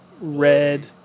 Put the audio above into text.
red